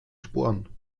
sporen